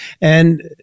And-